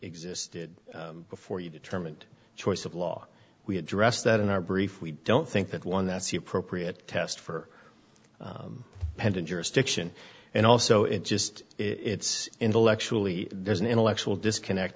existed before you determined choice of law we had dressed that in our brief we don't think that one that's the appropriate test for pending jurisdiction and also it just it's intellectually there's an intellectual disconnect